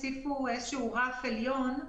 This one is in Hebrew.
הוסיפו איזה שהוא רף עליון,